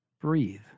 Breathe